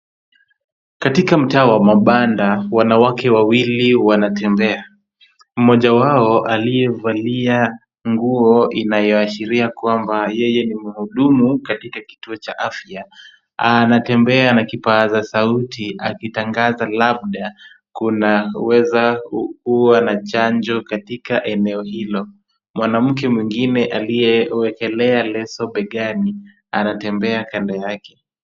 Katika mtaa wa mabanda, wanawake wawili wanatembea. Mmoja wao aliyevalia nguo inayoashiria kwamba yeye ni mhudumu katika kituo cha afya, anatembea na kipaza sauti akitangaza labda, kunaweza kukuwa na chanjo katika eneo hilo. Mwanamke mwingine aliyewekelea leso begani anatembea kando yake.